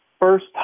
first